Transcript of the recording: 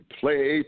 play